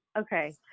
okay